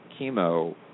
chemo